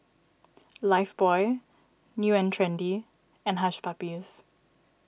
Lifebuoy New and Trendy and Hush Puppies